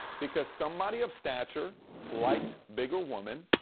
because somebody of stature liked bigger women,